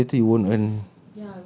oh but then later you won't earn